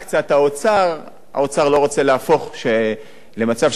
האוצר לא רוצה להגיע למצב שהמדינה תאכיל אנשים.